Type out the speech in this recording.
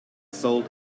sold